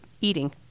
Eating